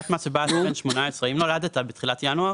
שנת המס שבה הוא בן 18. אם נולדת בתחילת ינואר